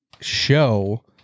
show